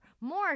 more